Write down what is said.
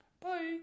Bye